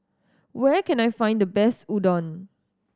where can I find the best Udon